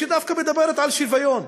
שדווקא מדברת על שוויון.